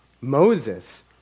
Moses